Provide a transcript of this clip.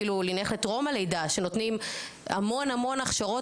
אפילו נלך לטרום הלידה שנותנים המון המון הכשרות,